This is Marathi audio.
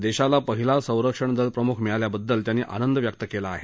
देशाला पहिला संरक्षणदल प्रमुख मिळाल्याबद्दल त्यांनी आनंद व्यक्त केला आहे